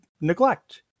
neglect